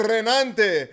Renante